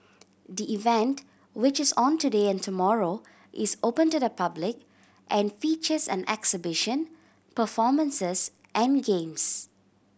the event which is on today and tomorrow is open to the public and features an exhibition performances and games